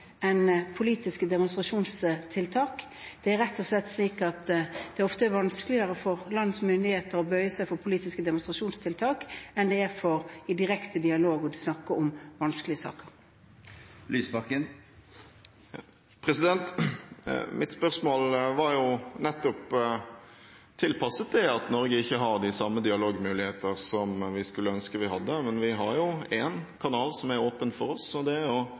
politiske demonstrasjonstiltak. Det er rett og slett slik at det ofte er vanskeligere for et lands myndigheter å bøye seg for politiske demonstrasjonstiltak enn i direkte dialog å snakke om vanskelige saker. Mitt spørsmål var nettopp tilpasset det at Norge ikke har de samme dialogmuligheter som vi skulle ønske vi hadde. Vi har jo én kanal, som er åpen for oss, og det er